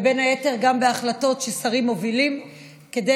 בין היתר גם בהחלטות ששרים מובילים כדי